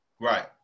Right